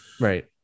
right